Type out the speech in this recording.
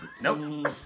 Nope